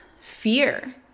fear